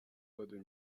داده